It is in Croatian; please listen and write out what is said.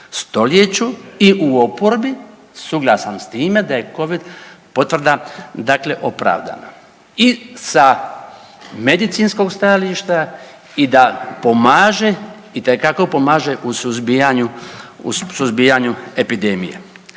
stoljeću i u oporbi suglasan s time da je covid potvrda dakle opravdana i sa medicinskog stajališta i da pomaže itekako pomaže u suzbijanju epidemije.